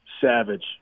Savage